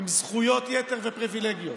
עם זכויות יתר ופריבילגיות,